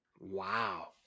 wow